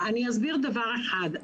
אסביר דבר אחד,